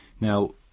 Now